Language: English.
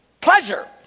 pleasure